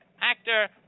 Actor